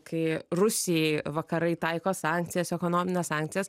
kai rusijai vakarai taiko sankcijas ekonomines sankcijas